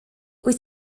wyt